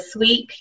Sweet